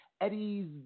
Eddie's